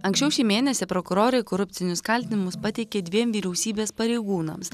anksčiau šį mėnesį prokurorai korupcinius kaltinimus pateikė dviem vyriausybės pareigūnams